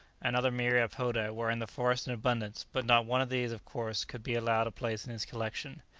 and other myriapoda were in the forest in abundance but not one of these of course could be allowed a place in his collection.